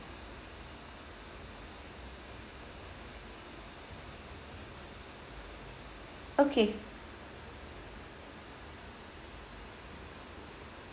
okay